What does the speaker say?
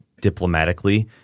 diplomatically